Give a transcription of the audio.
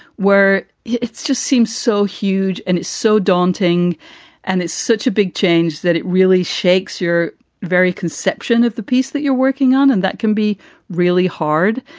where it's just seems so huge and it's so daunting and it's such a big change that it really shakes your very conception of the piece that you're working on. and that can be really hard.